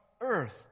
earth